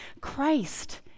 Christ